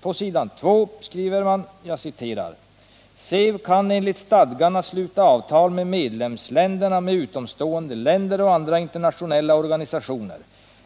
På s. 2 skriver man: ”SEV kan enligt stadgarna sluta avtal med medlemsländerna, med utomstående länder och med andra internationella organisationer.